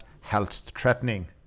health-threatening